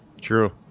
True